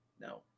No